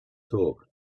talk